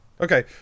Okay